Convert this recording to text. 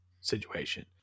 situation